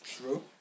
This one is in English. True